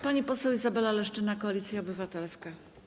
Pani poseł Izabela Leszczyna, Koalicja Obywatelska.